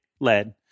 lead